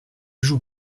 joue